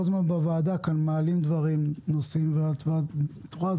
הזמן כאן בוועדה מעלים דברים ונושאים ואת רואה,